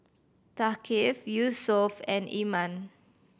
Thaqif Yusuf and Iman